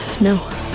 No